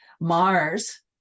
Mars